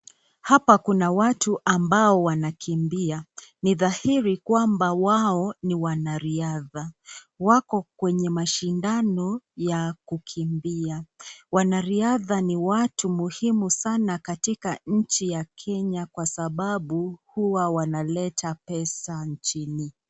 Hapa kuna watu ambao wanakimbia, ni dhairi kwamba wao ni wanariadha. Wako kwenye mashindano ya kukimbia. Wanariadha ni watu muhimu sana katika nchi ya Kenya kwa sababu huwa wanaleta pesa nchini.